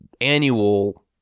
annual